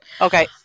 Okay